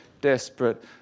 desperate